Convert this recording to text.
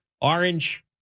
Orange